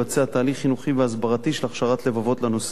תהליך חינוכי והסברתי של הכשרת לבבות לנושא,